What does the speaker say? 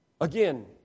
Again